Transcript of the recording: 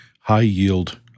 High-yield